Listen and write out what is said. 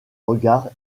regard